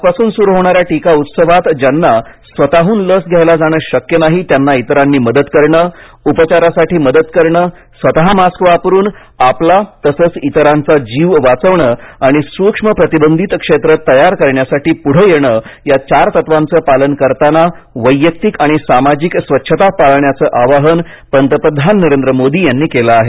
आजपासून सुरु होणा या टीका उत्सवात ज्यांना स्वतःहून लस घ्यायला जाणं शक्य नाही त्यांना इतरांनी मदत करणं उपचारासाठी मदत करणं स्वतः मास्क वापरून आपला तसच इतरांचा जीव वाचवणं आणि सूक्ष्म प्रतिबंधित क्षेत्र तयार करण्यासाठी पुढे येणं या चार तत्वांचं पालन करताना वैयक्तिक आणि सामाजिक स्वच्छता पाळण्याचं आवाहन पंतप्रधान नरेंद्र मोदी यांनी केलं आहे